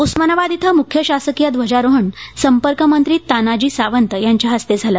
उस्मानाबाद इथं मुख्य शासकीय ध्वजारोहण संपर्कमंत्री तानाजी सावंत यांच्या हस्ते झालं